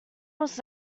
was